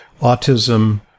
autism